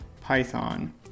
python